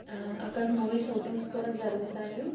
అక్కడ movie shootings కూడా జరుగుతాయి